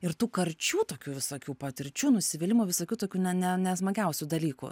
ir tų karčių tokių visokių patirčių nusivylimų visokių tokių na ne ne smagiausių dalykų